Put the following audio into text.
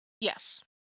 Yes